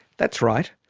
that's right,